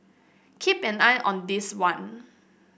keep an eye on this one